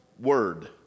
word